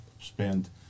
spend